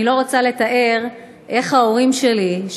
אני לא רוצה לתאר איך ההורים שלי,